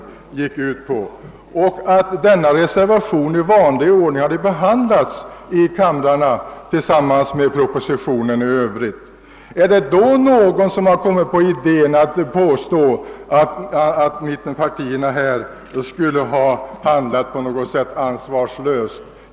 Låt oss vidare tänka oss att denna reservation i vanlig ordning hade behandlats i kamrarna tillsammans med propositionen i övrigt. Skulle då någon ha kommit på idén att påstå att mittenpartierna hade handlat ansvarslöst?